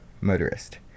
Motorist